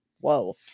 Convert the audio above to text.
Whoa